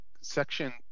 section